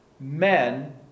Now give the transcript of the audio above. Men